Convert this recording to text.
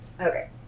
Okay